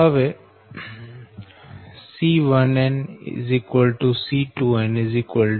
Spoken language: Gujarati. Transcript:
હવે C1n C2n 2C12 0